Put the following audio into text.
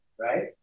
right